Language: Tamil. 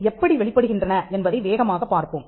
எப்படி வெளிப்படுகின்றன என்பதை வேகமாக பார்ப்போம்